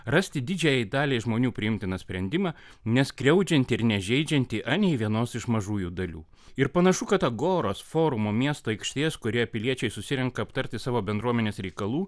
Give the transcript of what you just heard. rasti didžiajai daliai žmonių priimtiną sprendimą neskriaudžiantį ir nežeidžiantį anei vienos iš mažųjų dalių ir panašu kad agoros forumo miesto aikštės kurioje piliečiai susirenka aptarti savo bendruomenės reikalų